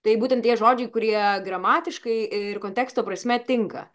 tai būtent tie žodžiai kurie gramatiškai ir konteksto prasme tinka